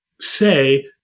say